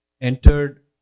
entered